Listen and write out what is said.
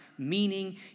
meaning